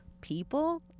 People